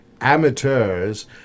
amateurs